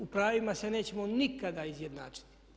U pravima se nećemo nikada izjednačiti.